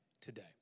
today